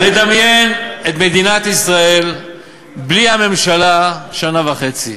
נדמיין את מדינת ישראל בלי הממשלה שנה וחצי.